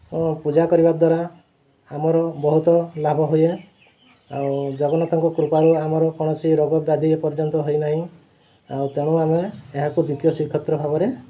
ପୂଜା କରିବା ଦ୍ୱାରା ଆମର ବହୁତ ଲାଭ ହୁଏ ଆଉ ଜଗନ୍ନାଥଙ୍କ କୃପାରୁ ଆମର କୌଣସି ରୋଗ ବ୍ୟାଧି ଏ ପର୍ଯ୍ୟନ୍ତ ହୋଇନାହିଁ ଆଉ ତେଣୁ ଆମେ ଏହାକୁ ଦ୍ୱିତୀୟ ଶ୍ରୀକ୍ଷେତ୍ର ଭାବରେ